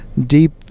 deep